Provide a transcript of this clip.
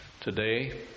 today